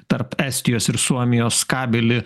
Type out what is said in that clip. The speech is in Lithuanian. tarp estijos ir suomijos kabelį